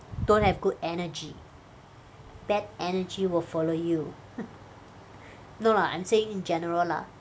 don't have good energy bad energy will follow you no lah I'm saying in general lah